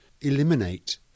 eliminate